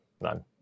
none